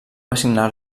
assignar